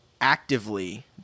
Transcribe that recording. actively